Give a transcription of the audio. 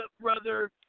brother